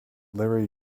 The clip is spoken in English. larry